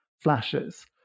flashes